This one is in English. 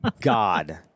God